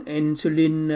insulin